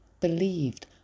believed